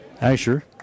Asher